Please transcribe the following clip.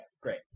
great